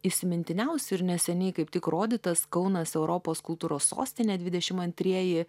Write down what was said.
įsimintiniausių ir neseniai kaip tik rodytas kaunas europos kultūros sostinė dvidešim antriejieji